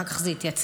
אחר כך זה התייצב.